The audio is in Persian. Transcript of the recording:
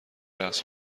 رقص